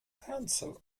council